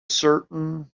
certain